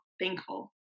thankful